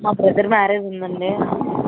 మా brother marriage ఉందండి